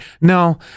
no